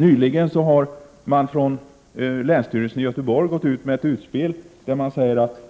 Nyligen har länsstyrelsen i Göteborg gjort ett utspel, där man säger att